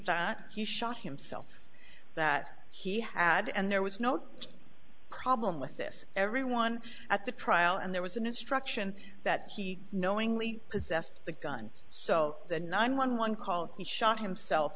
that he shot himself that he had and there was no problem with this everyone at the trial and there was an instruction that he knowingly possessed the gun so the nine one one call he shot himself